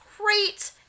great